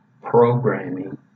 Programming